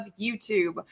YouTube